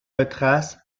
retracent